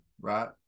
right